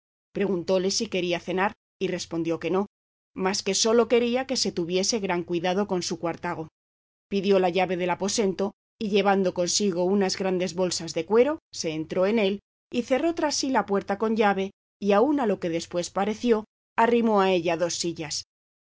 preguntóle si quería cenar y respondió que no mas que sólo quería que se tuviese gran cuidado con su cuartago pidió la llave del aposento y llevando consigo unas bolsas grandes de cuero se entró en él y cerró tras sí la puerta con llave y aun a lo que después pareció arrimó a ella dos sillas